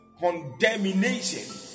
condemnation